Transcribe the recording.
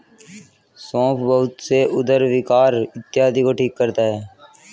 सौंफ बहुत से उदर विकार इत्यादि को ठीक करता है